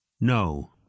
No